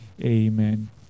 amen